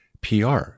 PR